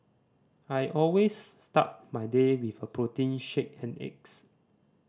I always start my day with a protein shake and eggs